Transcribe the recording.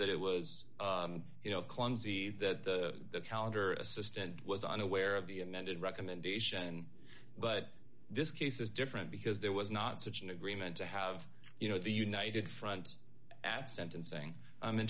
that it was you know clumsy that the calendar assistant was unaware of the amended recommendation but this case is different because there was not such an agreement to have you know the united front at sentencing